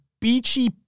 beachy